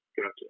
Gotcha